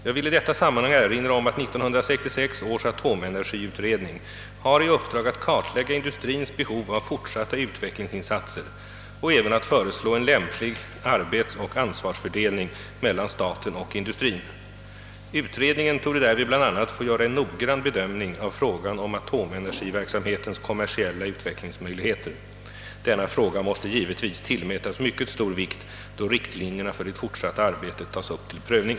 Jag vill i detta sammanhang erinra om att 1966 års atomenergiutredning har i uppdrag att kartlägga industrins behov av fortsatta utvecklingsinsatser och även att föreslå en lämplig arbetsoch ansvars fördelning mellan staten och industrin. Utredningen torde därvid bl.a. få göra en noggrann bedömning av frågan om atomenergiverksamhetens kommersiella utvecklingsmöjligheter. Denna fråga måste givetvis tillmätas mycket stor vikt då riktlinjerna för det fortsatta arbetet tas upp till prövning.